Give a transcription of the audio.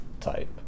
type